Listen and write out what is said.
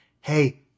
hey